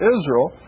Israel